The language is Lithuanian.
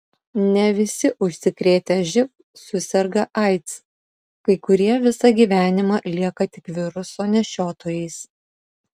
ne visi užsikrėtę živ suserga aids kai kurie visą gyvenimą lieka tik viruso nešiotojais